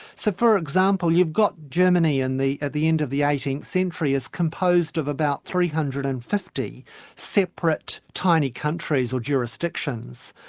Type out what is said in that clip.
so for example, you've got germany and at the end of the eighteenth century is composed of about three hundred and fifty separate tiny countries, or jurisdictions,